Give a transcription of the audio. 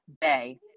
Bay